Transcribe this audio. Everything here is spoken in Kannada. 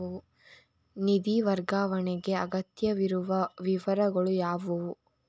ನಿಧಿ ವರ್ಗಾವಣೆಗೆ ಅಗತ್ಯವಿರುವ ವಿವರಗಳು ಯಾವುವು?